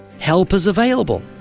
help is available.